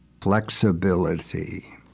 flexibility